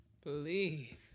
Please